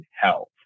health